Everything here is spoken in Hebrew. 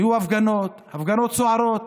היו הפגנות, הפגנות סוערות,